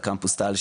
קמפוס טל,